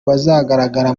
bazagaragara